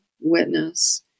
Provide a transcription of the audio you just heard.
witness